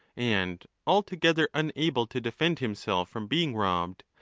and altogether unable to defend himself from being robbed,